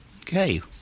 Okay